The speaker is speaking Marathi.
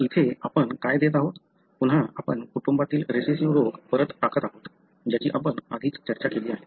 इथे आपण काय देत आहोत पुन्हा आपण कुटुंबातील रेसेसिव्ह रोग परत टाकत आहोत ज्याची आपण आधीच चर्चा केली आहे